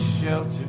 Shelter